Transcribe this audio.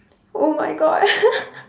oh my god